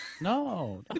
No